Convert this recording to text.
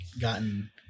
gotten